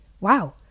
wow